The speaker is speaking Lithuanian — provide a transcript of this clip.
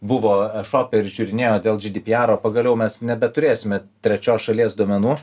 buvo ešope ir žiūrinėjo dėl piaro pagaliau mes nebeturėsime trečios šalies duomenų